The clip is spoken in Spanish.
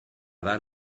dar